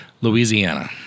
Louisiana